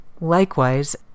likewise